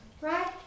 right